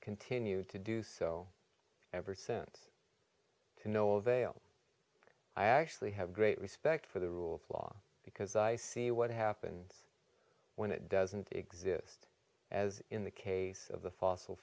continued to do so ever since to no avail i actually have great respect for the rule of law because i see what happens when it doesn't exist as in the case of the fossil